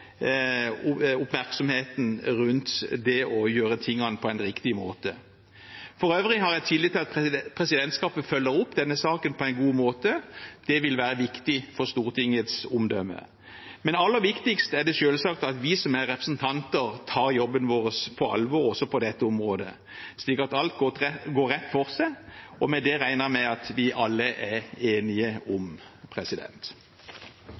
oppmerksomheten rundt det å gjøre tingene på en riktig måte. For øvrig har jeg tillit til at presidentskapet følger opp denne saken på en god måte. Det vil være viktig for Stortingets omdømme. Men aller viktigst er det selvsagt at vi som representanter tar jobben vår på alvor også på dette området, slik at alt går rett for seg. Det regner jeg med at vi alle er enige om.